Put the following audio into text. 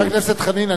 חבר הכנסת חנין,